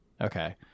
Okay